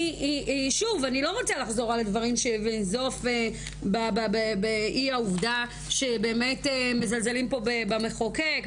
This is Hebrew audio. אני לא רוצה לחזור על הדברים ולנזוף בעובדה שבאמת מזלזלים פה במחוקק,